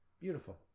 Beautiful